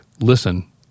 Listen